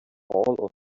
all